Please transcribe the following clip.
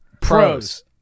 pros